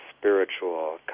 spiritual